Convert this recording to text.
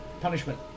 Punishment